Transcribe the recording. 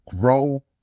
grow